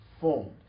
formed